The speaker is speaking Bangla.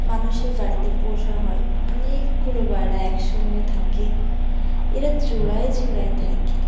মানুষের বাড়িতে পোষা হয় অনেকগুলো পায়রা একসঙ্গে থাকে এরা জোড়ায় জোড়ায় থাকে